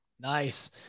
Nice